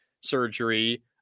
surgery